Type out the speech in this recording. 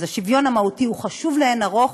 אז השוויון המהותי הוא חשוב לאין ערוך,